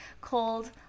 called